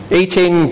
eating